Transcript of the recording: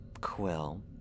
Quill